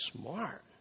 smart